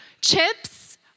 chips